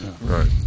Right